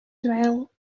dweil